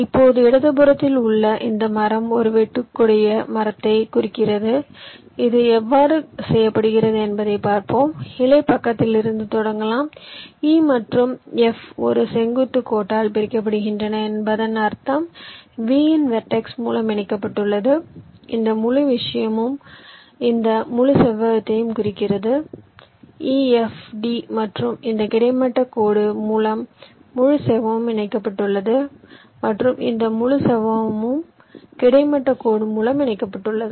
இப்போது இடதுபுறத்தில் உள்ள இந்த மரம் ஒரு வெட்டக்கூடிய மரத்தை குறிக்கிறது இது எவ்வாறு செய்யப்படுகிறது என்பதைப் பார்ப்போம் இலை பக்கத்திலிருந்து தொடங்கலாம் e மற்றும் f ஒரு செங்குத்து கோட்டால் பிரிக்கப்படுகின்றன என்பதன் அர்த்தம் V இன் வெர்டெக்ஸ் மூலம் இணைக்கப்பட்டுள்ளது இந்த முழு விஷயமும் இந்த முழு செவ்வகத்தையும் குறிக்கிறது e f d மற்றும் இந்த கிடைமட்ட கோடு மூலம் முழு செவ்வகமும் இணைக்கப்பட்டுள்ளது d மற்றும் இந்த முழு செவ்வகமும் கிடைமட்ட கோடு மூலம் இணைக்கப்பட்டுள்ளது